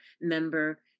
member